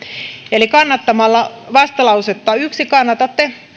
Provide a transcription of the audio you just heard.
eli kannattamalla vastalausetta yksi kannatatte